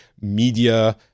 media